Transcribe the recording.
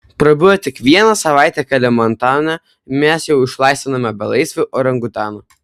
prabuvę tik vieną savaitę kalimantane mes jau išlaisvinome belaisvį orangutaną